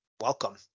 welcome